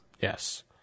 Yes